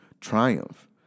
triumph